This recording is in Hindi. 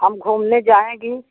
हम घूमने जाएँगी